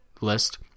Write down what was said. list